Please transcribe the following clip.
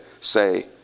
say